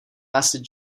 lasted